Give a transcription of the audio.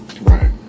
Right